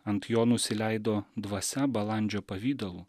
ant jo nusileido dvasia balandžio pavidalu